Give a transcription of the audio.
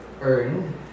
earn